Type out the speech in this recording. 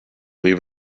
leave